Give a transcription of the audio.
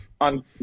on